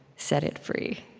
set it free.